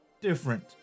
different